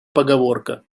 поговорка